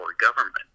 government